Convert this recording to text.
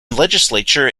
legislature